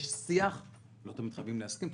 יש שיח ולא תמיד חייבים להסכים.